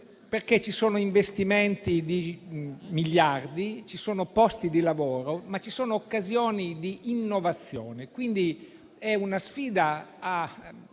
Paese. Ci sono investimenti di miliardi, ci sono posti di lavoro e ci sono occasioni di innovazione: è quindi una sfida a